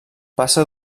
passa